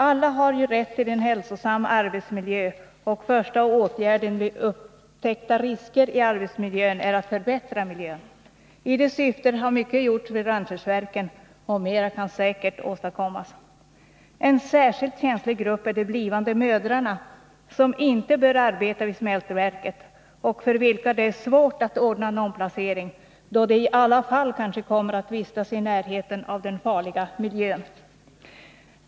Alla har ju rätt till en hälsosam arbetsmiljö, och den första åtgärden vid upptäckta risker i arbetsmiljön är att förbättra miljön. I det syftet har mycket gjorts vid Rönnskärsverken, och mer kan säkert åstadkommas. En särskilt känslig grupp är de blivande mödrarna, som inte bör arbeta vid smältverket och för vilka det är svårt att ordna en omplacering, då de kanske i alla fall kommer att vistas i närheten av den farliga miljön.